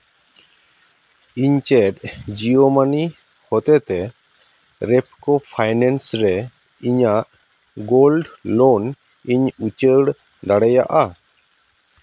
ᱤᱧ ᱪᱮᱫ ᱡᱤᱭᱳ ᱢᱟᱹᱱᱤ ᱦᱚᱛᱮᱡ ᱛᱮ ᱨᱮᱯᱠᱳ ᱯᱷᱟᱭᱱᱮᱱᱥ ᱨᱮ ᱤᱧᱟᱹᱜ ᱜᱳᱞᱰ ᱞᱳᱱ ᱤᱧ ᱩᱪᱟᱹᱲ ᱫᱟᱲᱮᱭᱟᱜᱼᱟ